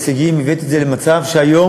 זה,